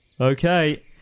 Okay